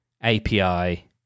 API